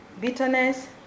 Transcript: bitterness